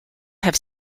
have